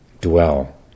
dwell